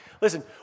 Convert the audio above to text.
Listen